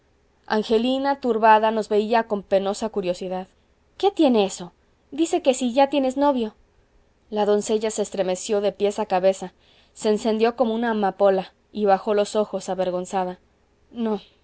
angelina turbada nos veía con penosa curiosidad qué tiene eso dice que si ya tienes novio la doncella se estremeció de pies a cabeza se encendió como una amapola y bajó los ojos avergonzada no